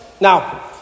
Now